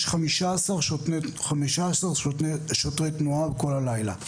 יש 15 שוטרי תנועה כל הלילה,